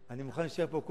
הוא יכול להגיד את זה בהצעה